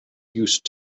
used